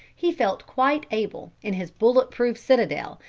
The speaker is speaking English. he felt quite able, in his bullet-proof citadel,